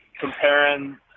comparing